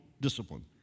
discipline